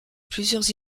plusieurs